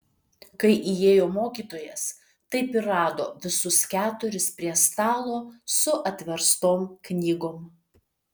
kai įėjo mokytojas taip ir rado visus keturis prie stalo su atverstom knygom